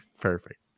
perfect